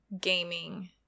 gaming